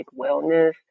wellness